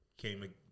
came